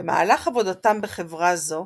במהלך עבודתם בחברה זו